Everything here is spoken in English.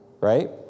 right